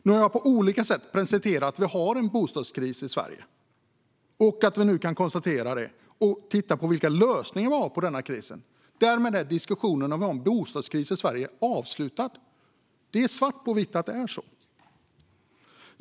Nu har jag på olika sätt presenterat att vi har en bostadskris i Sverige samt att vi nu kan konstatera detta och titta på vilka lösningar vi har på denna kris. Därmed är diskussionen om huruvida vi har en bostadskris i Sverige avslutad - det är svart på vitt att det är så.